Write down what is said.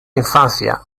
infancia